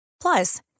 Plus